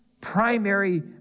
primary